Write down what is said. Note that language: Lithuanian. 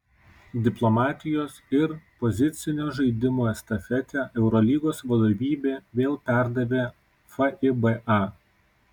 diplomatijos ir pozicinio žaidimo estafetę eurolygos vadovybė vėl perdavė fiba